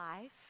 life